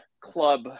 club